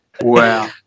Wow